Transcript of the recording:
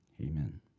Amen